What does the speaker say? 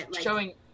showing